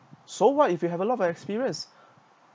so what if you have a lot of experience